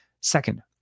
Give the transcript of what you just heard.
Second